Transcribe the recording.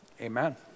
Amen